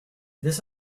this